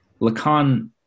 Lacan